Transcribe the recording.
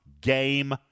Game